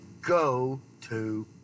go-to